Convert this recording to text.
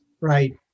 Right